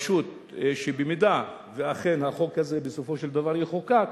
פשוט, שבמידה שהחוק הזה בסופו של דבר יחוקק,